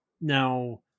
now